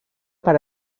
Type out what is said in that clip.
per